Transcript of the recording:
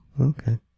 Okay